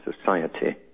society